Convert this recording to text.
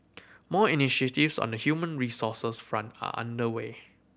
more initiatives on the human resources front are under way